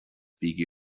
bígí